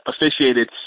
officiated